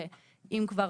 ואם כבר,